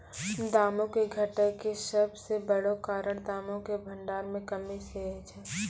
दामो के घटै के सभ से बड़ो कारण दामो के भंडार मे कमी सेहे छै